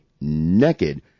naked